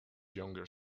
younger